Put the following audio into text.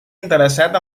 interessat